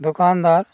दुकानदार